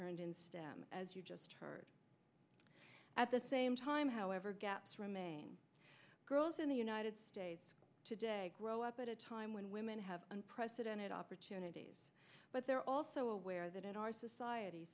earned in stem as you just heard at the same time however gaps remain girls in the united states today grow up at a time when women have unprecedented opportunities but they're also aware that in our society